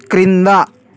క్రింద